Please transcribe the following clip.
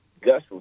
Gus